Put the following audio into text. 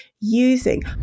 using